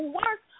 work